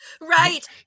Right